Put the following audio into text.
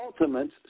ultimate